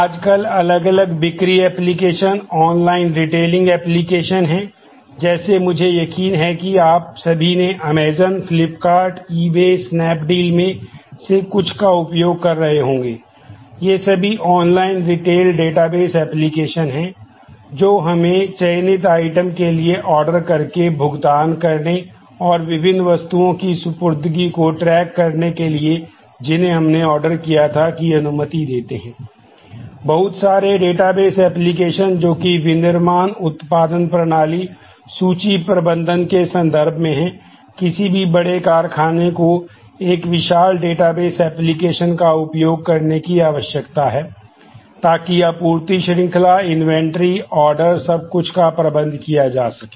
आजकल अलग अलग बिक्री एप्लीकेशन ऑनलाइन रिटेलिंग एप्लीकेशन हैं जैसे मुझे यकीन है कि आप सभी ने अमेजन किया था की अनुमति देते हैं बहुत सारे डेटाबेस सब कुछ का प्रबंध किया जा सके